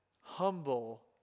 humble